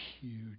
huge